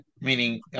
Meaning